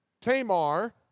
Tamar